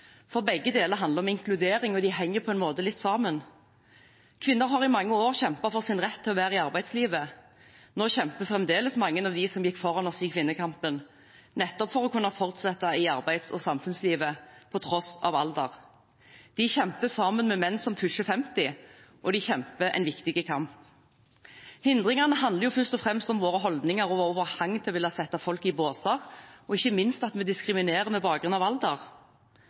for begge deler handler om inkludering, og de henger på en måte litt sammen. Kvinner har i mange år kjempet for sin rett til å være i arbeidslivet. Nå kjemper fremdeles mange av dem som gikk foran oss i kvinnekampen, nettopp for å kunne fortsette i arbeids- og samfunnslivet på tross av alder. De kjemper sammen med menn som pusher 50, og de kjemper en viktig kamp. Hindringene handler først og fremst om våre holdninger og vår hang til å ville sette folk i båser, og ikke minst at vi diskriminerer på bakgrunn av alder.